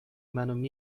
منو